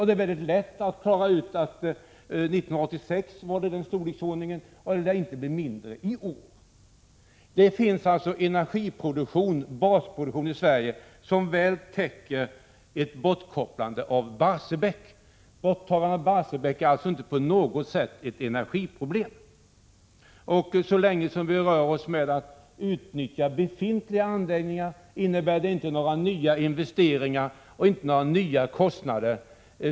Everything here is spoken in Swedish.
Det är lätt att räkna ut att den 1986 var i den storleksordning jag nämnde, och den lär inte bli mindre i år. Det finns alltså en basproduktion av energi i Sverige som väl täcker bortfallet vid avstängning av Barsebäcksverket. Borttagande av Barsebäckselen är alltså inte på något sätt ett energiproblem. Så länge vi nöjer oss med 75 utnyttjande av befintliga anläggningar innebär det inga nya investeringar, inga nya kostnader.